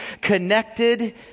connected